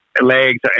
legs